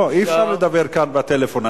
לא, אי-אפשר לדבר כאן בטלפון.